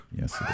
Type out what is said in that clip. Yes